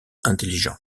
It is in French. intelligent